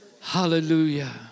Hallelujah